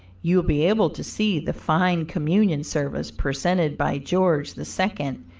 you will be able to see the fine communion service presented by george the second,